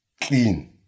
clean